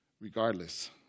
regardless